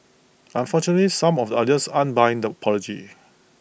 unfortunately some of the audience aren't buying the apology